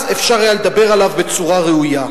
אז אפשר היה לדבר עליו בצורה ראויה.